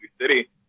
City